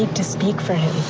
to speak for him